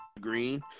green